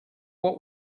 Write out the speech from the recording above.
what